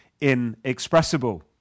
inexpressible